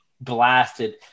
blasted